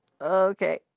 okay